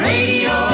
Radio